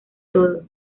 todo